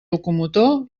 locomotor